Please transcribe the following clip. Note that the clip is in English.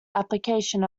application